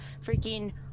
freaking